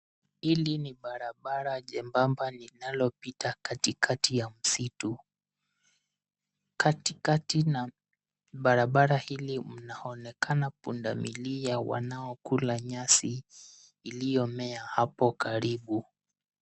Hili ni barabara jembamba linalopita katikati ya msitu. Katikati na barabara hili mnaonekana pundamilia wanaokula nyasi iiyomea hapo karibu.